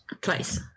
Twice